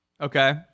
Okay